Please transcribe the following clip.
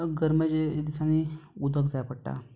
गरमेच्या दिसांनी उदक जाय पडटा